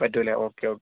പറ്റും അല്ലേ okay okay